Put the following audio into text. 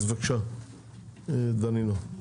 אז בבקשה, דנינו.